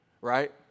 Right